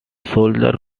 soldiers